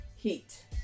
heat